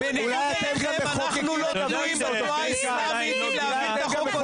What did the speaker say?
אתם גם מחוקקים את חוק האשרות.